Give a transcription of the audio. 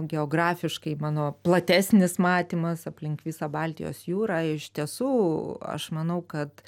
geografiškai mano platesnis matymas aplink visą baltijos jūrą iš tiesų aš manau kad